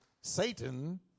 Satan